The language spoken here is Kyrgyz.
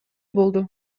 болду